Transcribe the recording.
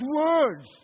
words